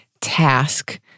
task